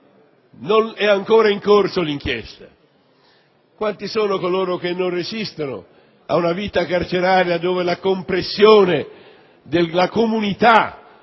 è ancora in corso l'inchiesta. Mi chiedo quanti non resistano a una vita carceraria dove la compressione della comunità